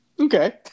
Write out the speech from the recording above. Okay